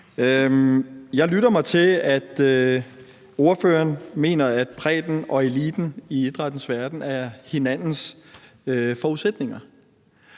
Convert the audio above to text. Jeg lytter mig til, at ordføreren mener, at bredden og eliten i idrættens verden er hinandens forudsætninger.